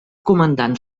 comandant